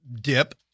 dip